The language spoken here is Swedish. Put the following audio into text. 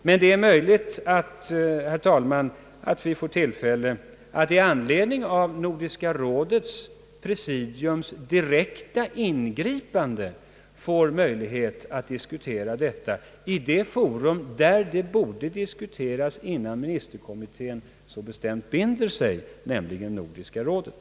Men det är möjligt, herr talman, att det direkta ingripandet från Nordiska rådets presidium ger oss tillfälle att diskutera frågan i det forum där den borde diskuteras innan ministerkommittén så bestämt binder sig, nämligen Nordiska rådet.